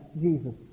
Jesus